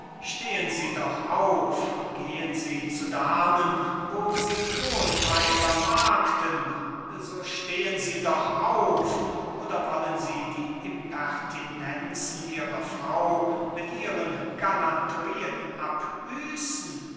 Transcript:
stehen sie doch auf gehen sie zu damen wo sie wohlfeiler markten so stehen sie doch auf oder wollen sie die impertinenzen ihrer frau mit ihren galanterien abbüßen